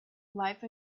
life